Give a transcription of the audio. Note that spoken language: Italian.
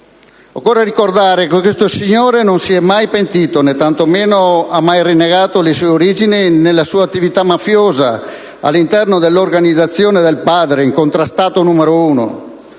Occorre ricordare che questo signore non si è mai pentito né tanto meno ha mai rinnegato le sue origini, la sua attività mafiosa all'interno dell'organizzazione del padre, incontrastato numero uno.